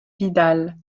vidal